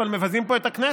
אבל מבזים פה את הכנסת.